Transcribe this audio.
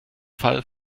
fall